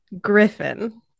Griffin